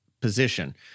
position